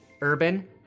Urban